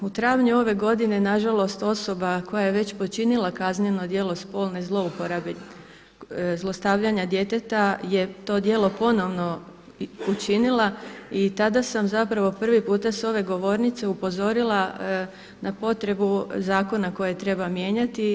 U travnju ove godine nažalost osoba koja je već počinila kazneno djelo spolne zlouporabe zlostavljanja djeteta je to djelo ponovno učinila i tada sam prvi puta s ove govornice upozorila na potrebu zakona koje treba mijenjati.